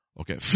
Okay